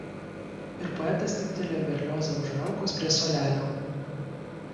ir poetas timptelėjo berliozą už rankos prie suolelio